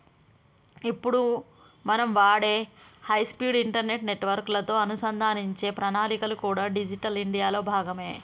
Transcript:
ఇప్పుడు మనం వాడే హై స్పీడ్ ఇంటర్నెట్ నెట్వర్క్ లతో అనుసంధానించే ప్రణాళికలు కూడా డిజిటల్ ఇండియా లో భాగమే